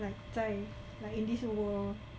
like 在 like in this world